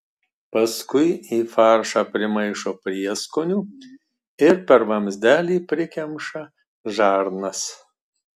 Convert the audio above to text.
paskui į faršą primaišo prieskonių ir per vamzdelį prikemša žarnas